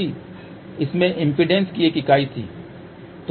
इसमें इम्पीडेन्स की एक इकाई थी